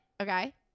okay